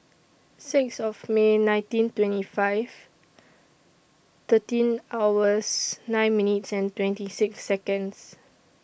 six of May nineteen twenty five thirteen hours nine minutes twenty six Seconds